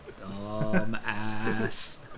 Dumbass